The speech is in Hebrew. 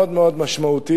מאוד מאוד משמעותית,